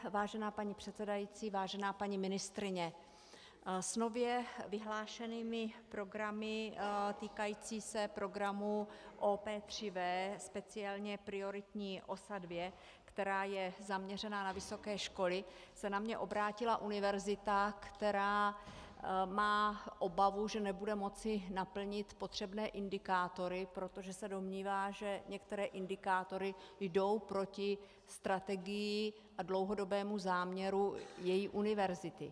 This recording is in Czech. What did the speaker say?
Vážená paní předsedající, vážená paní ministryně, s nově vyhlášenými programy týkajícími se programu OP VVV, speciálně prioritní osa 2, která je zaměřena na vysoké školy, se na mě obrátila univerzita, která má obavu, že nebude moci naplnit potřebné indikátory, protože se domnívá, že některé indikátory jdou proti strategii a dlouhodobému záměru její univerzity.